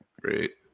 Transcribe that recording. Great